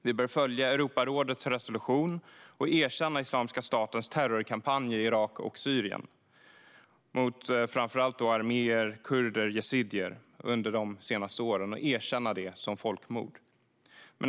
Vi bör följa Europarådets resolution och erkänna Islamiska statens terrorkampanjer under de senaste åren i Irak och Syrien mot framför allt armenier, kurder och yazidier som folkmord.